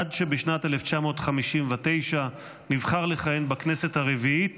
עד שבשנת 1959 נבחר לכהן בכנסת הרביעית